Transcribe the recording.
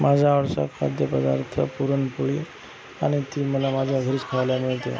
माझ्या आवडीचा खाद्यपदार्थ पुरणपोळी आणि ती मला माझ्या घरीच खायला मिळते